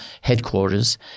headquarters